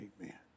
amen